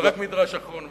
ורק מדרש אחרון,